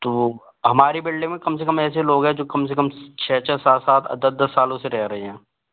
तो हमारी बिल्डिंग में कम से कम ऐसे लोग हैं जो कम से कम छः छः सात सात दस दस सालों से रह रहे हैं